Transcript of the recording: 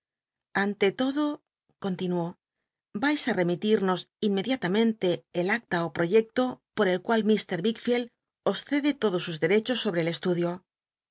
ante todo continuó yais í remitirnos inmediata mente el acta proyecto por el cual l wickneld os cede lodos sus derechos sobre el estudio